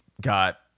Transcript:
got